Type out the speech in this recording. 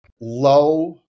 low